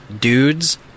dudes